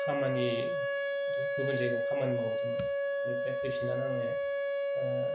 खामानि गुबुन जायगायाव खामानि मावहैदोंमोन बिनिफ्राय फैफिन नानै आंङो